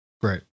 Great